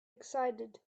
excited